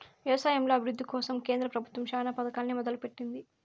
వ్యవసాయంలో అభివృద్ది కోసం కేంద్ర ప్రభుత్వం చానా పథకాలనే మొదలు పెట్టింది